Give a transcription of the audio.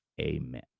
Amen